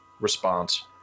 response